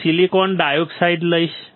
હું silicon dioxide લઈશ